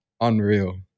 unreal